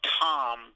Tom